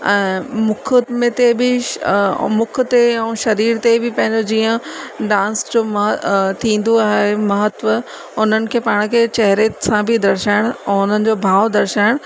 ऐं मुख त में ते बि मुख ते ऐं सरीर ते बि पंहिंजो जीअं डांस चुमा थींदो आहे महत्वु उन्हनि खे पाण खे चहरे सां बि दर्शाइण ऐं उन्हनि जो भाव दर्शाइण